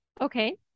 Okay